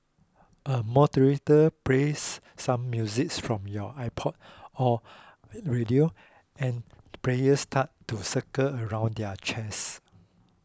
a moderator plays some music's from your iPod or radio and players start to circle around their chairs